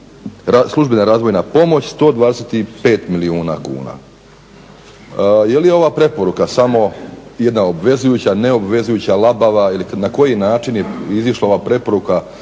službena razvojna pomoć 125 milijuna kuna. Je li ova preporuka samo jedna obvezujuća, neobvezujuća, labava ili na koji način je izašla ova preporuka